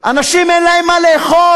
אנשים אין להם מה לאכול.